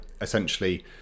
essentially